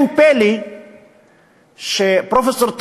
אין פלא שפרופסור טרכטנברג,